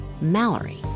Mallory